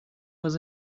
was